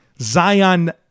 Zion